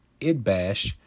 Idbash